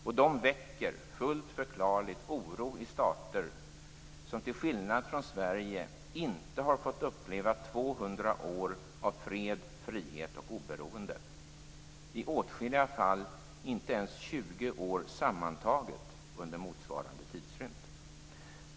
Dessa väcker, fullt förklarligt, oro i stater som till skillnad från Sverige inte har fått uppleva 200 år av fred, frihet och oberoende, i åtskilliga fall inte ens 20 år sammantaget under motsvarande tidrymd.